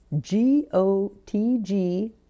g-o-t-g